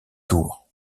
tour